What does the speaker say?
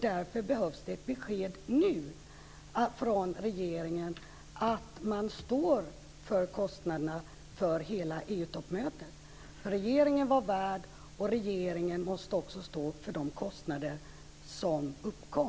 Därför behövs det ett besked nu från regeringen om att man står för kostnaderna för hela EU-toppmötet. Regeringen var värd, och regeringen måste också stå för de kostnader som uppkom.